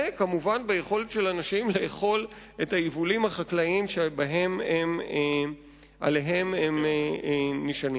וכמובן ביכולת של האנשים לאכול את היבולים החקלאיים שעליהם הם נשענים.